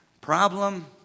Problem